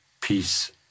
peace